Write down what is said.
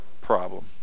problem